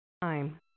Time